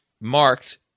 marked